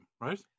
right